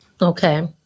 Okay